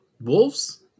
Wolves